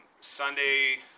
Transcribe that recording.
Sunday